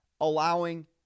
allowing